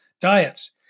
diets